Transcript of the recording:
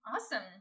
Awesome